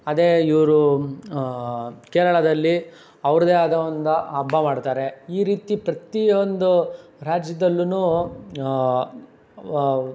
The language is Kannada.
ಅದೇ ಇವರು ಕೇರಳದಲ್ಲಿ ಅವ್ರದ್ದೇ ಆದ ಒಂದು ಹಬ್ಬ ಮಾಡ್ತಾರೆ ಈ ರೀತಿ ಪ್ರತಿ ಒಂದು ರಾಜ್ಯದಲ್ಲು